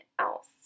else